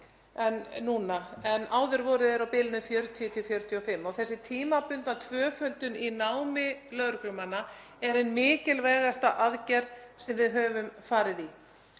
hverju en áður voru þeir á bilinu 40–45. Þessi tímabundna tvöföldun í námi lögreglumanna er ein mikilvægasta aðgerð sem við höfum farið í.